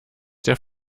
der